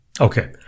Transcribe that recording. okay